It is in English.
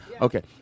Okay